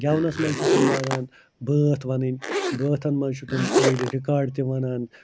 گٮ۪ونَس منٛز تہِ تِم لاگان بٲتھ وَنٕنۍ بٲتھَن منٛز چھِ تِم أڑۍ رِکاڈ تہِ وَنان